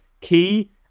key